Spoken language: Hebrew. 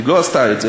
היא לא עשתה את זה,